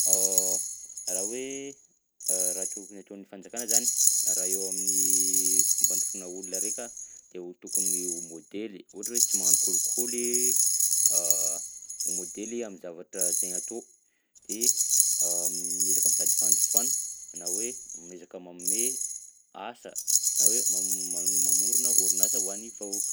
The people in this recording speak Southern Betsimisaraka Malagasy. Raha hoe raha tokony ataon'ny fanjakana zany raha eo amin'ny fampadrosoana olona araika de ho tokony ho modely, ohatra hoe tsy magnano kolikoly ho modely am'zavatra zay atao de miezaka mitady fandrosoàna na hoe miezaka magnome asa na hoe mam- mamo- mamorona orinasa ho an'ny vahoka.